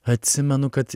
atsimenu kad